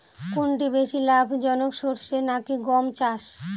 কোনটি বেশি লাভজনক সরষে নাকি গম চাষ?